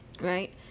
right